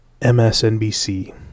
MSNBC